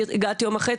הגעתי יום אחרי,